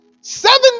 Seven